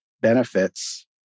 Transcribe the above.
benefits